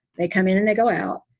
they come in and they go out.